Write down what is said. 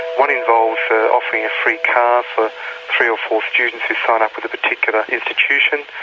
one involves offering a free car for three or four students who sign up with a particular institution.